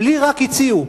לי רק הציעו.